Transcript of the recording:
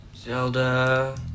Zelda